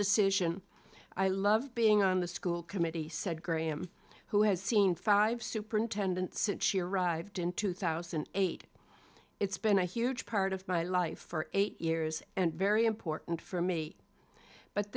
decision i love being on the school committee said graham who has seen five superintendent since she arrived in two thousand and eight it's been a huge part of my life for eight years and very important for me but